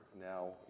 Now